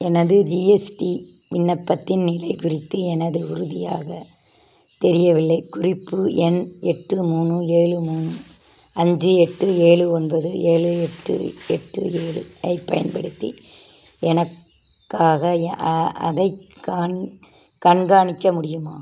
எனது ஜிஎஸ்டி விண்ணப்பத்தின் நிலை குறித்து எனது உறுதியாக தெரியவில்லை குறிப்பு எண் எட்டு மூணு ஏழு மூணு அஞ்சு எட்டு ஏழு ஒன்பது ஏழு எட்டு எட்டு ஏழு ஐப் பயன்படுத்தி எனக்காக எ அ அதைக் கண் கண்காணிக்க முடியுமா